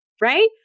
right